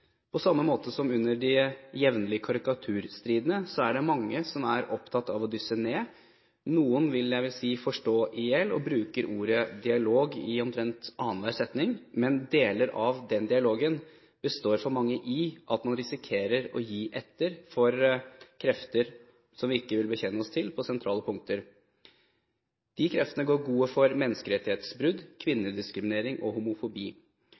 På samme måte som under de jevnlige karikaturstridene er det mange som er opptatt av å dysse ned – for noen jeg vil vel si forstå i hjel – og bruke ordet dialog i omtrent annenhver setning. Men deler av den dialogen består for mange i at man risikerer å gi etter for krefter man ikke vil bekjenne seg til på sentrale punkter. De kreftene går god for menneskerettighetsbrudd, kvinnediskriminering og homofobi.